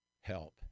help